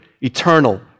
eternal